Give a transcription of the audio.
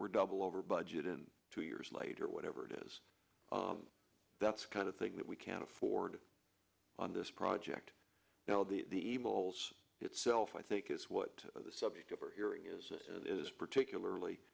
we're double over budget in two years later whatever it is that's kind of thing that we can afford on this project you know the polls itself i think is what the subject of our hearing is is particularly